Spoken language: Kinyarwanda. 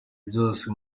byose